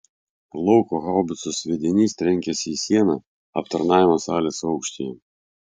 lauko haubicos sviedinys trenkėsi į sieną aptarnavimo salės aukštyje